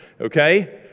okay